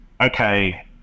okay